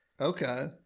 Okay